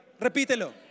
Repítelo